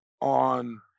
on